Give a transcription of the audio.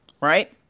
right